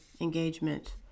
engagement